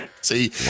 See